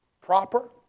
proper